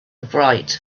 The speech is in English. bright